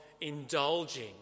indulging